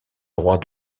droit